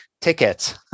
tickets